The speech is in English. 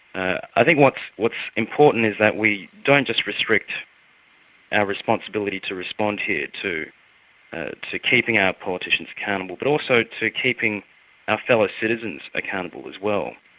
i think what's what's important is that we don't just restrict our responsibility to respond here to to keeping our politicians accountable, but also to keeping our ah fellow citizens accountable as well.